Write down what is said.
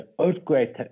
earthquake